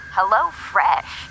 HelloFresh